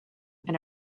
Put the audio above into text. and